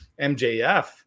mjf